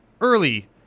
early